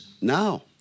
now